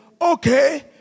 okay